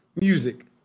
music